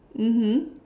mmhmm